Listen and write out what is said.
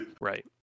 right